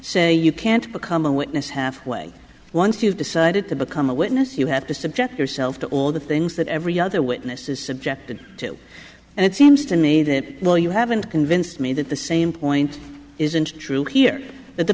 say you can't become a witness halfway once you've decided to become a witness you have to subject yourself to all the things that every other witness is subjected to and it seems to me that while you haven't convinced me that the same point isn't true here that the